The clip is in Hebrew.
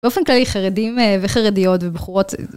באופן כללי, חרדים וחרדיות ובחורות...